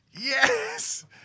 Yes